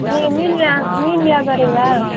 நீங்கள் மீன் வியா மீன் வியாபாரிங்களா